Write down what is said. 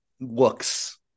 looks